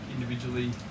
individually